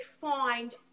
find